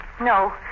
No